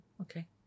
okay